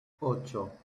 ocho